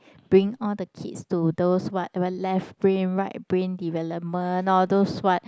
bringing all the kids to those what what left brain right brain development all those what